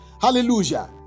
Hallelujah